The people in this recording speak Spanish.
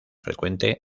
frecuente